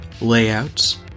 layouts